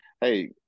hey